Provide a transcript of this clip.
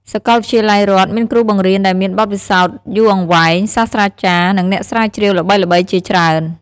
សាកលវិទ្យាល័យរដ្ឋមានគ្រូបង្រៀនដែលមានបទពិសោធន៍យូរអង្វែង សាស្ត្រាចារ្យ និងអ្នកស្រាវជ្រាវល្បីៗជាច្រើន។